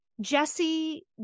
jesse